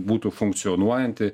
būtų funkcionuojanti